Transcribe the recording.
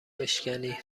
بشکنی